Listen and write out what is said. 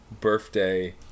birthday